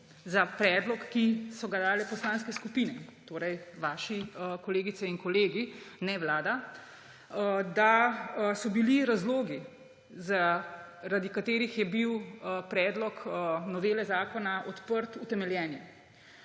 o predlogu, ki so ga dale poslanske skupine, torej vaši kolegice in kolegi, ne Vlada, da so bili razlogi, zaradi katerih je bil predlog novele zakona odprt, utemeljeni.